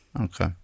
Okay